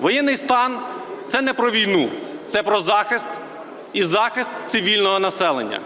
Воєнний стан – це не про війну, це про захист і захист цивільного населення.